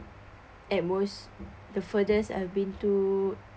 at most the furthest I've been to